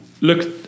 Look